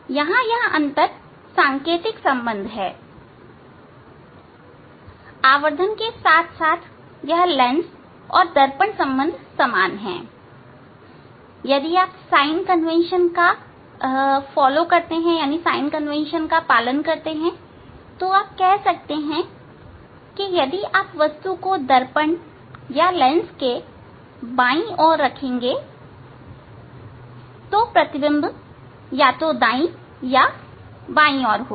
यहां यह अंतर सांकेतिक संबंध मैं है आवर्धन के साथ साथ यह लेंस और दर्पण संबंध समान है यदि आप साइन कन्वेंशन का पालन करते हैं तो आप कह सकते हैं कि यदि आप वस्तु को दर्पण या लेंस के बाई तरफ रखेंगे तो प्रतिबिंब या तो दाईं तरफ या बाएं तरफ होगा